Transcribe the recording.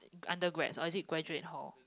undergrads or is it graduate hall